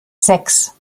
sechs